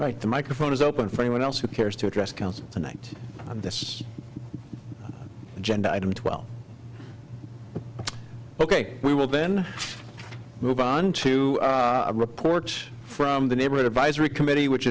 like the microphone is open for anyone else who cares to address council tonight on this agenda item twelve ok we will then move on to a report from the neighborhood advisory committee which